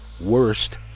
worst